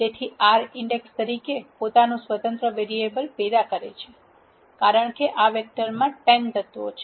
તેથી R index તરીકે પોતાનું સ્વતંત્ર વેરીએબલ પેદા કરે છે કારણ કે આ વેક્ટરમાં 10 તત્વો છે